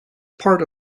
part